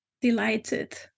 delighted